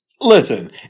Listen